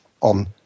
on